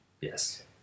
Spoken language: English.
Yes